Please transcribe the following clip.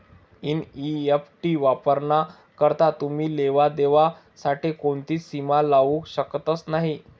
NEFT वापराना करता तुमी लेवा देवा साठे कोणतीच सीमा लावू शकतस नही